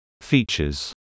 Features